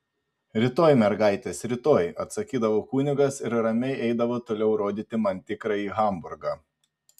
rytoj mergaitės rytoj atsakydavo kunigas ir ramiai eidavo toliau rodyti man tikrąjį hamburgą